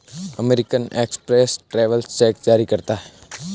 American Express travellers cheque जारी करता है